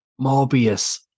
Morbius